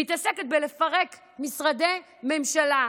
היא מתעסקת בלפרק משרדי ממשלה.